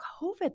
COVID